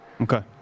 Okay